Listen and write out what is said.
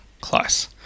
close